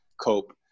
cope